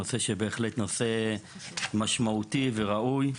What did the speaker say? נושא שהוא בהחלט משמעותי וראוי.